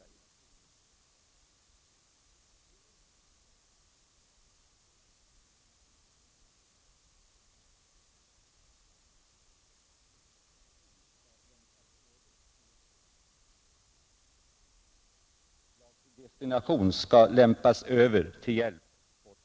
Blir de renare nu när de genom tvång och specialdestination skall lämnas över för hjälp åt främst socialdemokraterna?